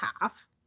half